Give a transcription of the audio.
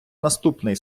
наступний